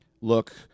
look